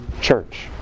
church